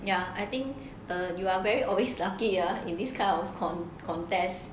ya I think you are very always lucky you are in this kind of con~ contest